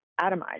atomized